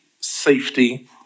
safety